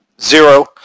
zero